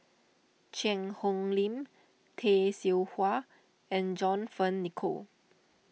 Cheang Hong Lim Tay Seow Huah and John Fearns Nicoll